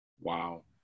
Wow